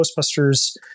Ghostbusters